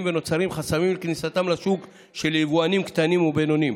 ונוצרים חסמים לכניסתם לשוק של יבואנים קטנים ובינוניים.